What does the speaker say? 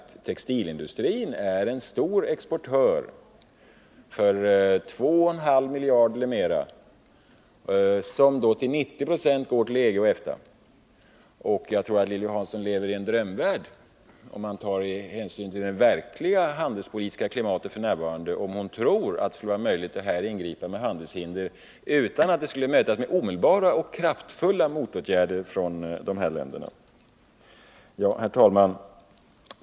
Textilindustrin har dock en stor export, som belöper sig till 2,5 miljarder kronor eller mera, och den går till 90 26 till EG och EFTA. Jag tror att Lilly Hansson lever i en drömvärld, utan beröring med det handelspolitiska klimatet f. n., om hon tror att det skulle vara möjligt att ingripa med handelshinder utan att det skulle mötas med omedelbara och kraftfulla motåtgärder från EG och EFTA-länderna. Herr talman!